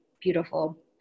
beautiful